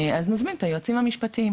אז נזמין את היועצים המשפטיים,